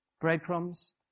Breadcrumbs